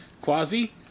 Quasi